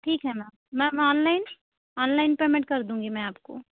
ठीक है ma'am ma'am online online payment कर दूंगी मैं आपको